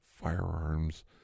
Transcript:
Firearms